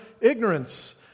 ignorance